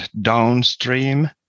downstream